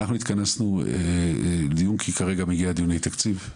אנחנו התכנסנו לדיון כי כרגע מגיע דיוני תקציב,